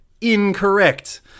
incorrect